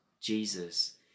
Jesus